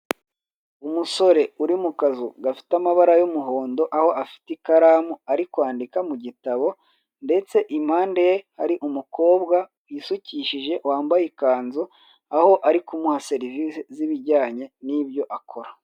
Umusore uri mukazu gafite amabara y'umuhondo, aho afite ikaramu ari kwandika mugitabo, ndetse impande hari umukobwa wisukishijije, wambaye ikanzu ndetse ari kumuha serivise z'ibijyanye n'ibyo akora.